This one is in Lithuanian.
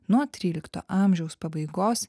nuo trylikto amžiaus pabaigos